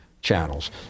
channels